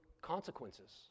consequences